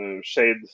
shade